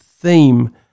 theme